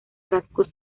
rasgos